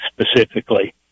specifically